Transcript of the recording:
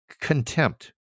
contempt